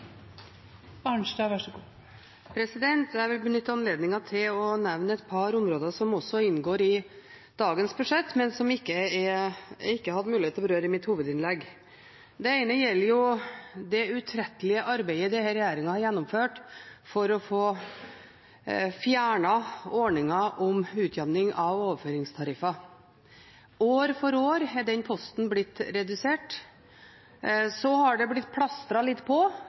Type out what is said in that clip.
Jeg vil benytte anledningen til å nevne et par områder som også inngår i dagens budsjett, men som jeg ikke hadde mulighet til å berøre i mitt hovedinnlegg. Det ene gjelder det utrettelige arbeidet denne regjeringen har gjennomført for å få fjernet ordningen med utjevning av overføringstariffer. År for år er den posten blitt redusert. Så er det blitt plastret litt på